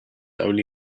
only